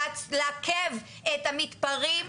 לעכב את המתפרעים,